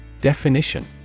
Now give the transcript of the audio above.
Definition